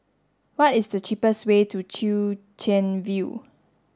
what is the cheapest way to Chwee Chian View